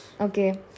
Okay